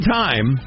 time